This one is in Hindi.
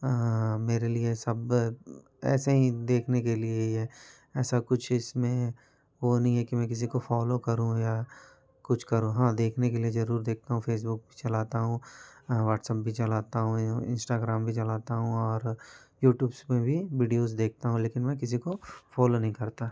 मेरे लिए सब ऐसे ही देखने के लिए ही है ऐसा कुछ इसमें वो नहीं है कि मैं किसी को फ़ॉलो करूँ या कुछ करूँ हाँ देखने के लिए ज़रूर देखता हूँ फ़ेसबुक चलाता हूँ व्हाट्सअप भी चलाता हूँ इंस्टाग्राम भी चलाता हूँ और यूट्यूब्ज़ पे भी बीडियोज़ देखता हूँ लेकिन मैं किसी को फ़ॉलो नहीं करता